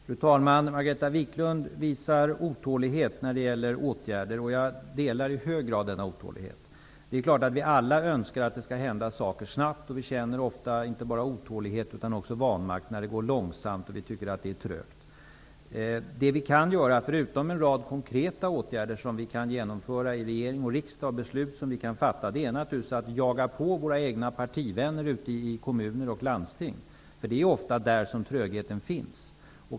Fru talman! Margareta Viklund visar otålighet när det gäller åtgärder, och jag delar i hög grad denna otålighet. Det är klart att vi alla önskar att det skall hända saker snabbt. Vi känner ofta inte bara otålighet, utan också vanmakt när det går långsamt och vi tycker att det är trögt. Det vi kan göra förutom en rad konkreta åtgärder som vi kan besluta om i regering och riksdag är naturligtvis att jaga på våra egna partivänner ute i kommuner och landsting. Det är ofta där som trögheten finns.